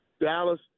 Dallas